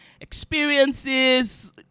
experiences